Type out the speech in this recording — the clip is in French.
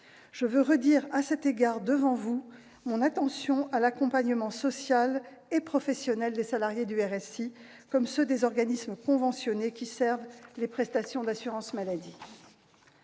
Je veux redire devant vous mon attention à l'accompagnement social et professionnel des salariés du RSI, comme de ceux des organismes conventionnés qui servent les prestations d'assurance maladie.